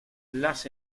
las